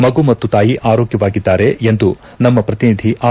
ಮಗು ಮತ್ತು ತಾಯಿ ಆರೋಗ್ಯವಾಗಿದ್ದಾರೆ ಎಂದು ನಮ್ಮ ಪ್ರತಿನಿಧಿ ಆರ್